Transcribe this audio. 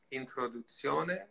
introduzione